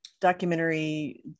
documentary